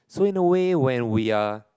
so in a way when we are